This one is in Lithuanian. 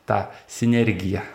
tą sinergiją